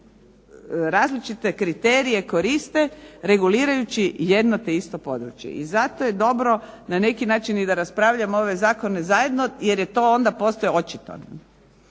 različite kriterije koriste regulirajući jedno te isto područje. I zato je dobro na neki način i da raspravljamo ove zakone zajedno jer to onda postaje očito.